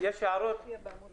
יש הערות